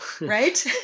Right